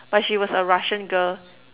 but she was a Russian girl